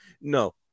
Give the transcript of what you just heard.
No